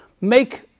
make